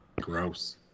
Gross